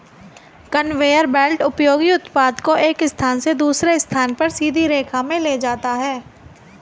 conveyor belt उपयोगी उत्पाद को एक स्थान से दूसरे स्थान पर सीधी रेखा में ले जाता है